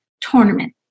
tournament